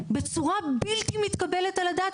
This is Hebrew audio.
בצורה בלתי מתקבלת על הדעת,